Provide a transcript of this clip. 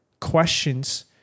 questions